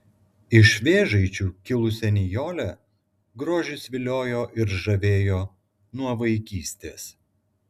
iš vėžaičių kilusią nijolę grožis viliojo ir žavėjo nuo vaikystės